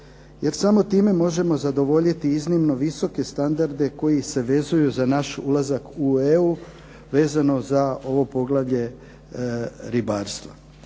jer samo time možemo zadovoljiti iznimno visoke standarde koji se vezuju za naš ulazak u EU vezano za ovo poglavlje ribarstva.